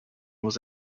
was